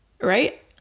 right